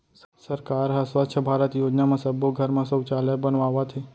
सरकार ह स्वच्छ भारत योजना म सब्बो घर म सउचालय बनवावत हे